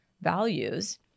values